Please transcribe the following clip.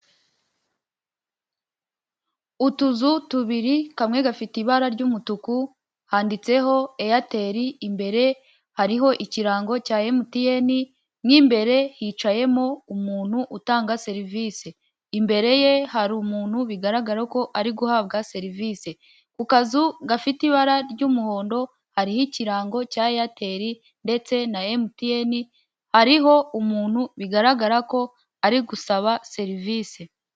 Utuzu tubiri kamwe gafite ibara ry'umutuku handitseho Airtel, imbere hariho ikirango cya MTN, mo imbere hicayemo umuntu utanga serivise imbere ye hari umuntu bigaragara ko ari guhabwa serivise. Ku kazu gafite ibara ry'umuhondo hariho ikirango cya Airtel ndetse na MTN, hariho umuntu bigaragara ko ari gusaba serivise.